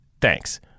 Thanks